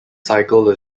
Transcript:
cycle